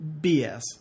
BS